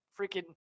freaking